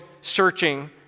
searching